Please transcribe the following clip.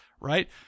right